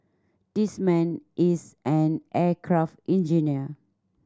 this man is an aircraft engineer